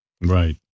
right